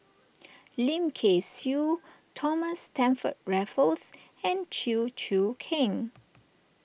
Lim Kay Siu Thomas Stamford Raffles and Chew Choo Keng